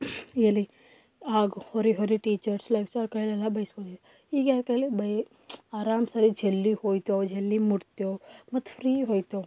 ಎಲ್ಲಿ ಆಗ ಹೊರಿ ಹೊರಿ ಟೀಚರ್ಸ್ ಲೆಕ್ಚರ್ ಕೈಲೆಲ್ಲ ಬೈಸ್ಕೊ ಈಗ ಯಾರ ಕೈಲು ಬೈ ಆರಾಮು ಸರಿ ಜಲ್ದಿಗೆ ಹೋಗ್ತಾ ಜಲ್ದಿ ಮುಟ್ತೇವೆ ಮತ್ತು ಫ್ರೀ ಹೋಗ್ತೇವೆ